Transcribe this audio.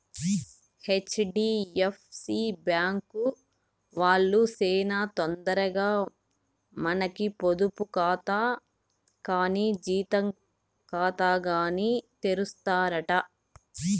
HDFC bank వాల్లు సేనా తొందరగా మనకి పొదుపు కాతా కానీ జీతం కాతాగాని తెరుస్తారట